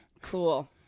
Cool